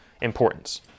importance